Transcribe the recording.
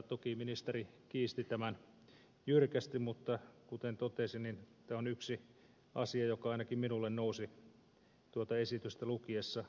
toki ministeri kiisti tämän jyrkästi mutta kuten totesin tämä on yksi asia joka ainakin minulle nousi tuota esitystä lukiessa mieleen